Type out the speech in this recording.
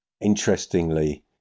Interestingly